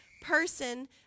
person